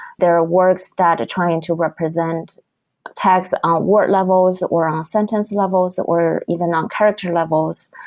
there are works that are trying to represent texts on work levels, or on sentence levels, or even on character levels,